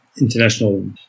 international